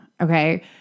okay